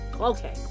okay